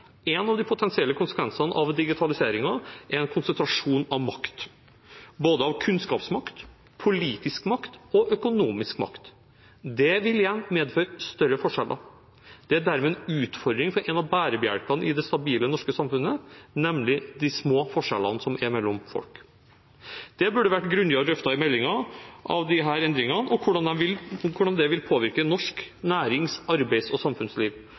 En av de potensielle konsekvensene av digitaliseringen er en konsentrasjon av makt, av både kunnskapsmakt, politisk makt og økonomisk makt. Det vil igjen medføre større forskjeller. Det er dermed en utfordring for en av bærebjelkene i det stabile norske samfunnet, nemlig de små forskjellene mellom folk. Det burde vært en grundigere drøfting i meldingen av disse endringene og hvordan de vil påvirke norsk nærings-, arbeids- og samfunnsliv